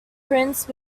prince